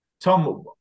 Tom